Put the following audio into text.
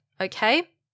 okay